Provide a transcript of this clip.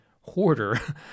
hoarder